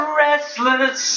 restless